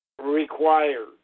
required